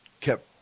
kept